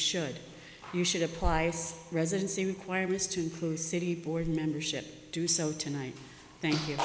should you should apply some residency requirements to include city board membership do so tonight thank you